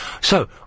So-